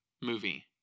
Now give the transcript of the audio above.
movie